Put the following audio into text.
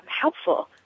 helpful